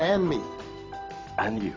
and me and